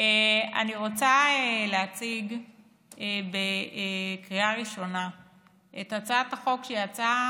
אני רוצה להציג לקריאה ראשונה הצעת חוק שהיא ההצעה